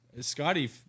Scotty